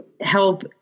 help